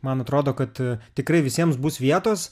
man atrodo kad tikrai visiems bus vietos